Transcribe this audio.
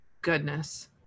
Goodness